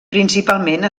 principalment